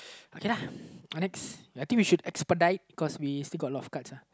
okay lah next I think we should expedite cause we still got a lot of cards uh